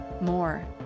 more